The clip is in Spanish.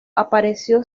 apareció